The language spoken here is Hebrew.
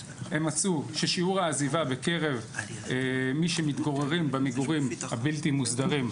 הם מצאו ששיעור העזיבה בקרב מי שמתגוררים במגורים הבלתי מוסדרים,